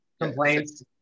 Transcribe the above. complaints